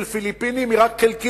של פיליפינים היא רק חלקית.